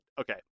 Okay